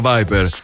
Viper